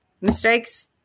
Mistakes